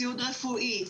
ציוד רפואי,